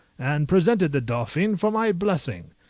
and presented the dauphin for my blessing.